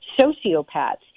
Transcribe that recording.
sociopaths